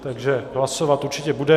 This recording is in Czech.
Takže hlasovat určitě budeme.